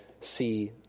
see